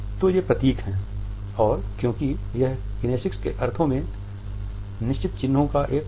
तो आप पाएंगे कि क्रोध या विडंबना उन्ही शब्दों में स्वर की भिन्नता के साथ व्यक्त की जा रही है